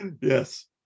Yes